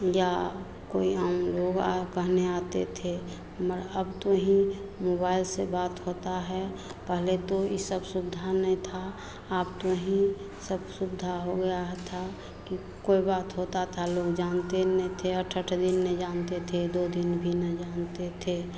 या कोई हम लोग कहने आते थे मर अब तो ही मोबाईल से बात होता है पहले तो ई सुबधा नै था आब तो ही सब सुबधा हो गया ह था की कोई बात होता था लोग जानते नै थे अठ अठ दिन नै जानते थे दो दिन भी नै जानते थे